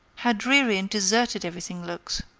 how dreary and deserted everything looks!